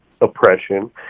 oppression